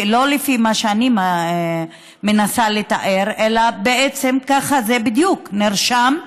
לא לפי מה שאני מנסה לתאר אלא בעצם ככה זה בדיוק נרשם,